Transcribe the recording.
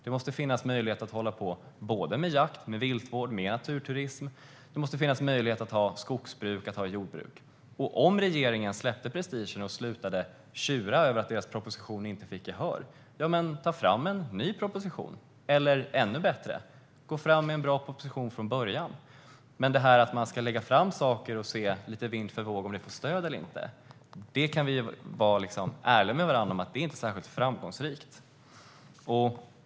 Det måste finnas möjlighet att hålla på med såväl jakt och viltvård som naturturism. Det måste finnas möjlighet att ha skogsbruk och jordbruk. Regeringen skulle kunna släppa prestigen och sluta tjura över att de inte fick gehör för sin proposition. Ta fram en ny proposition, eller - ännu bättre - lägg fram en bra proposition från början! Att man lägger fram saker lite vind för våg och ser om de får stöd eller inte är inte särskilt framgångsrikt. Där kan vi väl vara ärliga mot varandra.